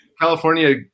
California